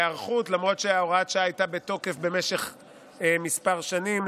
למרות שהוראת השעה הייתה בתוקף כמה שנים,